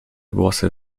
włosy